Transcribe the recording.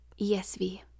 ESV